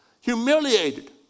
humiliated